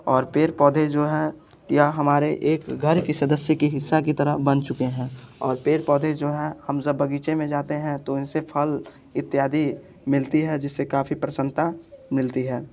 और पेड़ पौधे जो हैं या हमारे एक घर की सदस्य की हिस्सा की तरह बन चुके हैं और पेड़ पौधे जो हैं हम ज़ब बगीचे में जाते हैं तो इनसे फल इत्यादि मिलती है जिससे काफ़ी प्रसन्नता मिलती है